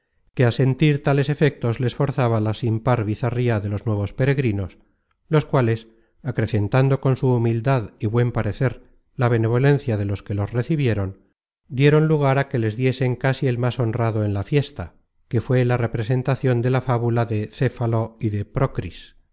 que a sentir tales efectos les forzaba la sin par bizarría de los nuevos peregrinos los cuales acrecentando con su humildad y buen parecer la benevolencia de los que los recebieron dieron lugar á que les diesen casi el más honrado en la fiesta que fué la representacion de la fábula de céfalo y de